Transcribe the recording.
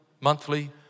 monthly